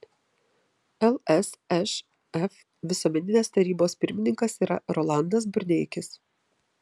lsšf visuomeninės tarybos pirmininkas yra rolandas burneikis